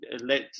let